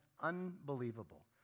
unbelievable